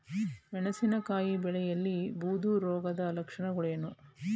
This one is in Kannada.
ಮೆಣಸಿನಕಾಯಿ ಬೆಳೆಯಲ್ಲಿ ಬೂದು ರೋಗದ ಲಕ್ಷಣಗಳೇನು?